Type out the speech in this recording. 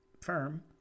firm